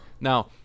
Now